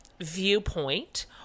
viewpoint